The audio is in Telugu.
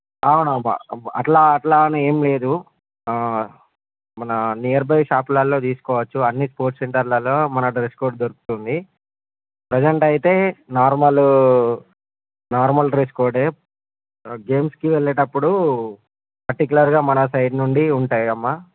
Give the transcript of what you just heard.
అవునమ్మా అట్లా అట్లా అని ఏం లేదు మన నియర్ బై షాప్లల్లో తీసుకోవచ్చు అన్నీ స్పోర్ట్ సెంటర్లలో మన డ్రెస్ కోడ్ దొరుకుతుంది ప్రెసెంట్ అయితే నార్మలు నార్మల్ డ్రెస్ కోడే గేమ్స్కి వెళ్ళేటప్పుడు పర్టికులర్గా మన సైడ్ నుండి ఉంటాయమ్మా